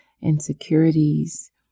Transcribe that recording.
insecurities